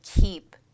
keep